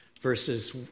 verses